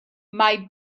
mae